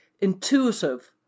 intuitive